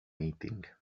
meeting